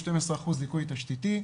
12% ליקוי תשתיתי.